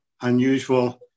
unusual